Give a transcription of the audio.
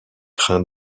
craint